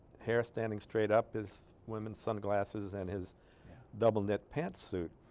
hair standing straight up is women's sunglasses and his doubled knit pantsuits